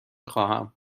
خواهم